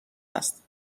است